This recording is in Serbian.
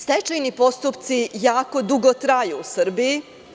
Stečajni postupci jako dugo traju u Srbiji.